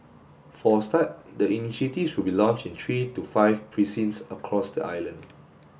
for a start the initiative will be launched in three to five precincts across the island